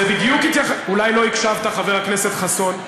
אולי לא הקשבת, חבר הכנסת חסון.